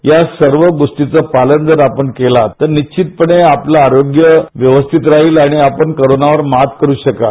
या सर्व गोष्टींच पालण जर आपण केला तर निश्चितपणे आपला आरोग्य व्यवस्थीत राहील आणि आपण कोरोनावर मात करू शकाल